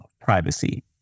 privacy